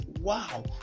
wow